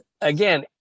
again